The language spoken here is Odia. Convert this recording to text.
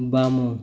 ବାମ